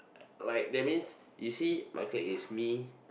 uh like that means you see my clique is me